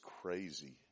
crazy